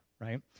right